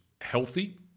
healthy